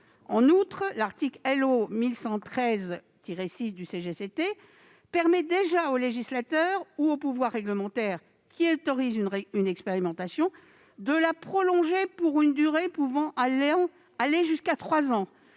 En outre, l'article L.O. 1113-6 du CGCT permet déjà au législateur ou au pouvoir réglementaire qui autorise une expérimentation de la prolonger pour une durée pouvant aller jusqu'à trois ans,